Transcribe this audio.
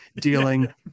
dealing